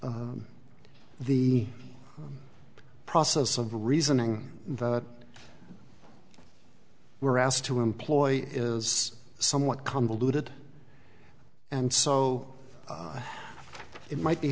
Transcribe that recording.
the process of reasoning that we're asked to employ is somewhat convoluted and so it might be